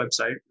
website